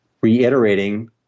reiterating